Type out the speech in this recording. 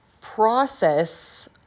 process